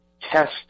test